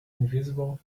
invisible